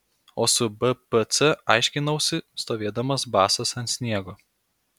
o su bpc aiškinausi stovėdamas basas ant sniego